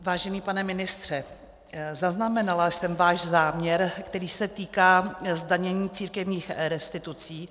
Vážený pane ministře, zaznamenala jsem váš záměr, který se týká zdanění církevních restitucí.